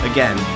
Again